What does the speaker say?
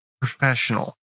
professional